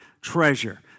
treasure